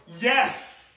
Yes